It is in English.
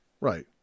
right